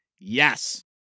Yes